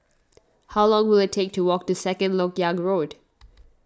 how long will it take to walk to Second Lok Yang Road